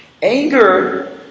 Anger